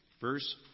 verse